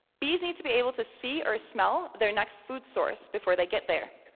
bees need to be able to see or smell their next food source before they get there.